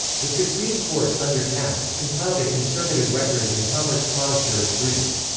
the supreme court, under taft, compiled a conservative record in commerce clause jurisprudence.